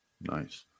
Nice